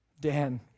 Dan